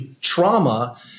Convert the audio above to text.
trauma